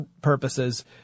purposes